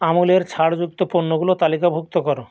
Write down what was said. আমুলের ছাড়যুক্ত পণ্যগুলো তালিকাভুক্ত করো